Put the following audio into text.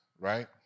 right